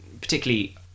particularly